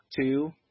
two